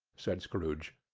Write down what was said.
said scrooge.